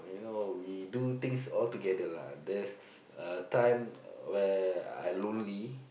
you know we do things all together lah there's a time where I lonely